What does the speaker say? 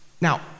Now